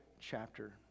chapter